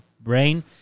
brain